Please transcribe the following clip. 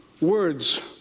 words